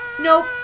Nope